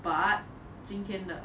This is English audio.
but 今天的